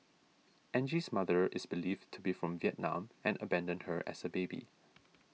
Angie's mother is believed to be from Vietnam and abandoned her as a baby